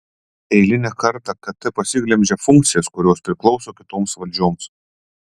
eilinę kartą kt pasiglemžia funkcijas kurios priklauso kitoms valdžioms